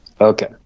Okay